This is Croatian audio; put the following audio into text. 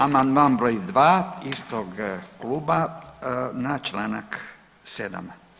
Amandman broj dva istog kluba na članak 7.